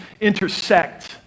intersect